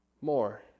more